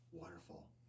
Waterfall